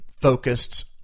focused